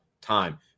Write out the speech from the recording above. time